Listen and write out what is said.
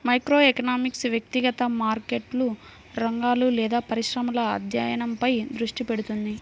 microeconomics వ్యక్తిగత మార్కెట్లు, రంగాలు లేదా పరిశ్రమల అధ్యయనంపై దృష్టి పెడుతుంది